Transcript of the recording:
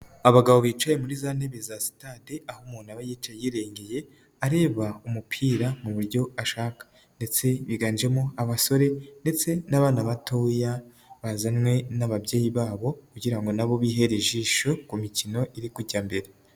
Abagabo bicaye muri za ntebe za sitade, aho umuntu aba yicaye yirengeye areba umupira mu buryo ashaka ndetse biganjemo abasore ndetse n'abana batoya bazanywe n'ababyeyi babo kugirango ngo nabo bihere ijisho ku mikino iri kujya mbere.